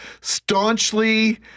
staunchly